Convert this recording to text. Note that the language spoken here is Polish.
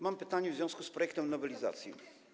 Mam pytanie w związku z projektem nowelizacji.